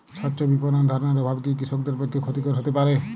স্বচ্ছ বিপণন ধারণার অভাব কি কৃষকদের পক্ষে ক্ষতিকর হতে পারে?